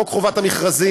חוק חובת המכרזים,